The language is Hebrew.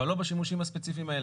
אבל לא בשימושים הספציפיים האלה.